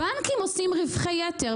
הבנקים עושים רווחי יתר,